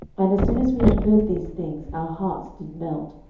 and as soon as we had heard these things, our hearts did melt,